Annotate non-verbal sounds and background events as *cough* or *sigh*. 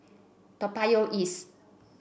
Toa Payoh East *noise*